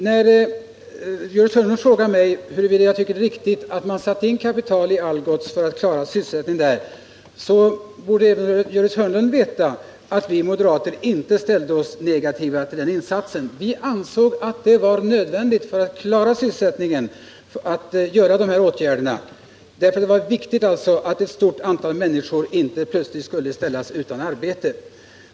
När Gördis Hörnlund frågade mig huruvida jag anser att det var riktigt att man satte in kapital i Algots för att klara sysselsättningen där, tycker jag att även hon borde veta att vi moderater inte ställde oss negativa till den insatsen. Vi ansåg att det för att klara sysselsättningen var nödvändigt att vidta de åtgärderna, eftersom det var viktigt att ett stort antal människor inte plötsligt skulle ställas utan arbete.